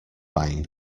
buying